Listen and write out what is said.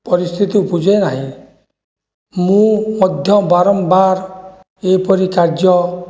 ପରିସ୍ଥିତି ଉପୁଜେ ନାହିଁ ମୁଁ ମଧ୍ୟ ବାରମ୍ବାର ଏହିପରି କାର୍ଯ୍ୟ